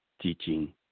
teaching